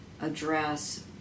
address